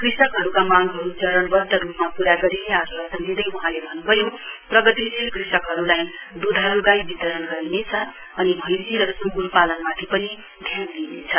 कृषकहरूका मांगहरू चरणबद्ध रूपमा पूरा गरिने आश्वासन दिंदै वहाँले अन्न्भयो प्रगतिशील कृषकहरूलाई दुधाल् गाई वितरण गरिनेछ अनि भैसी र सुंगुर पालनमाथि पनि ध्यान दिइनेछ